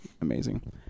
amazing